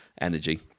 energy